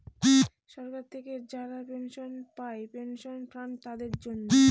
সরকার থেকে যারা পেনশন পায় পেনশন ফান্ড তাদের জন্য